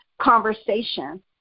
conversation